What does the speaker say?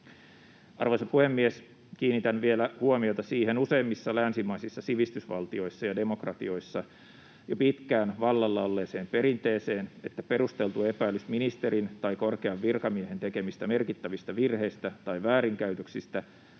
Arvoisa puhemies! Kiinnitän vielä huomiota siihen useimmissa länsimaisissa sivistysvaltioissa ja demokratioissa jo pitkään vallalla olleeseen perinteeseen, että perusteltu epäilys ministerin tai korkean virkamiehen tekemistä merkittävistä virheistä tai väärinkäytöksistä